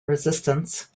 resistance